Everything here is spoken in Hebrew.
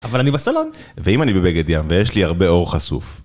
אבל אני בסלון, ואם אני בבגד יבש, יש לי הרבה עור חשוף.